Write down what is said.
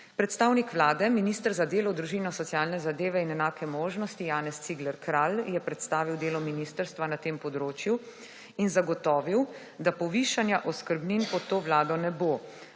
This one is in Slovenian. Predstavnik Vlade minister za delo, družino, socialne zadeve in enakih možnosti Janez Cigler Kralj je predstavil delo ministrstva na tem področju in zagotovil, da povišanja oskrbnin pod to vlado ne bo.